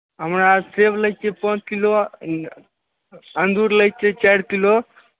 हमरा सेब लैक छै पाॅंच किलो अंगूर लैक छै चारि किलो